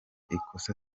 ikosa